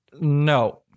No